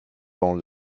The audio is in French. dans